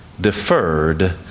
deferred